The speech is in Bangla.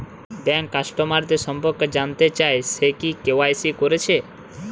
ব্যাংক কাস্টমারদের সম্পর্কে জানতে চাই সে কি কে.ওয়াই.সি কোরেছে